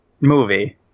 movie